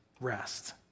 rest